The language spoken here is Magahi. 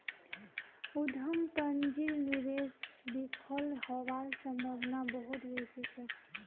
उद्यम पूंजीर निवेश विफल हबार सम्भावना बहुत बेसी छोक